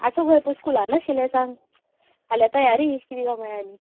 आसा गो स्कुलान आशिल्ले सांग फाल्यां तयारी किदें कांय म्हळयार